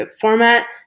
format